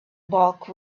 bulk